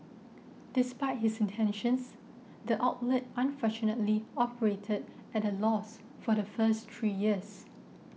despite his intentions the outlet unfortunately operated at a loss for the first three years